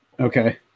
Okay